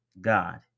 god